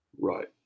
Right